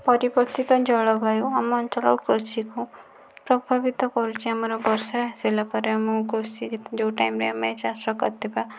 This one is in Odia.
ପରିବର୍ତ୍ତିତ ଜଳବାୟୁ ଆମ ଅଞ୍ଚଳର କୃଷିକୁ ପ୍ରଭାବିତ କରୁଛି ଆମର ବର୍ଷା ହୋଇସାରିଲା ପରେ ଆମ କୃଷି ଯେଉଁ ଟାଇମରେ ଆମେ ଚାଷ କରିଥିବା